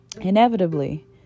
Inevitably